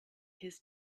his